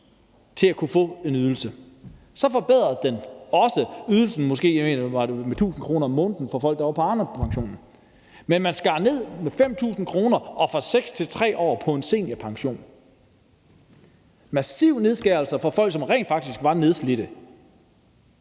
til at kunne få en ydelse. Så forbedrede den også ydelsen med, jeg mener, det var 1.000 kr. om måneden for folk, der var på Arnepensionen. Men man skar det også ned med 5.000 kr., og det gik fra at være 6 år på en seniorpension til 3 år, altså massive nedskæringer for folk, som rent faktisk var nedslidte,